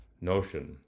notion